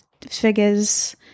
figures